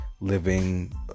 living